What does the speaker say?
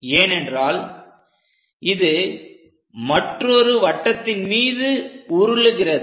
ஏனென்றால் இது மற்றொரு வட்டத்தின் மீது உருளுகிறது